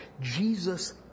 Jesus